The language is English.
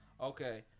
Okay